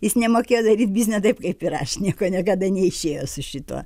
jis nemokėjo daryt biznio taip kaip ir aš nieko niekada neišėjo su šituo